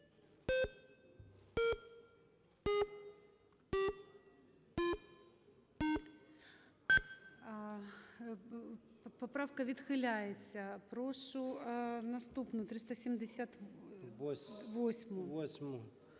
Поправка відхиляється. Прошу наступну 378-у…